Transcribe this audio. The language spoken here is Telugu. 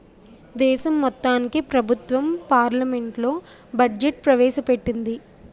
దేశం మొత్తానికి ప్రభుత్వం పార్లమెంట్లో బడ్జెట్ ప్రవేశ పెట్టింది